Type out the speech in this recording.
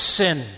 sin